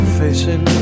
facing